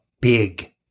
big